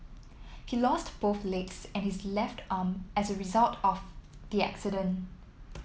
he lost both legs and his left arm as a result of the accident